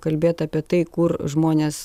kalbėt apie tai kur žmonės